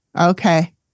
Okay